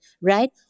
Right